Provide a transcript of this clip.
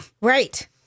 Right